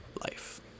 life